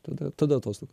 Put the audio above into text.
tada tada atostogos